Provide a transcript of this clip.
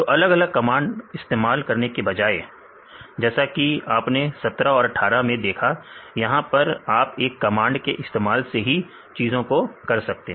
तो अलग अलग कमांड इस्तेमाल करने के बजाए जैसा कि आपने 17 और 18 में देखा यहां पर आप एक कमांड के इस्तेमाल से ही चीजों को कर सकते हैं